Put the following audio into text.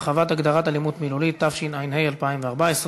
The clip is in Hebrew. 2) (הרחבת ההגדרה "אלימות מילולית"), התשע"ה 2014,